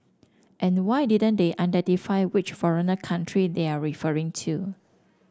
and why didn't they identify which foreigner country they're referring to